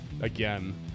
again